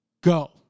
Go